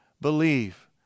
believe